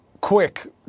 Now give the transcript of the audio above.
quick